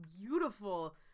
beautiful